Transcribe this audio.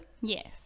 yes